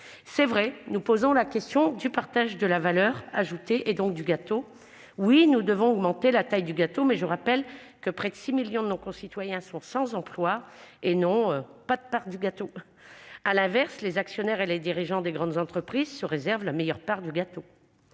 est vrai que nous posons la question du partage de la valeur ajoutée. Oui, nous devons augmenter la taille du gâteau ; je rappelle toutefois que près de 6 millions de nos concitoyens sont sans emploi, et n'ont donc aucune part de ce gâteau ... À l'inverse, les actionnaires et les dirigeants des grandes entreprises se réservent la meilleure part. Nous